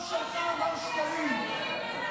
תדאג למקום שלך, מר שקלים.